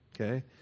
Okay